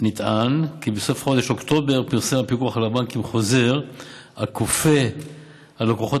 כי בסוף חודש אוקטובר פרסם הפיקוח על הבנקים חוזר הכופה על לקוחות